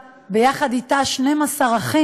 ויחד אתה הם 12 אחים,